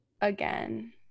again